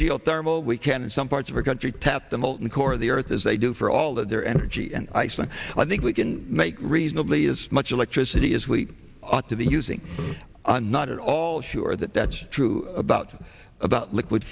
geothermal we can in some parts of our country tap the molten core of the earth as they do for all of their energy and ice and i think we can make reasonably is much electricity as we ought to be using and not at all sure that that's true about about liquid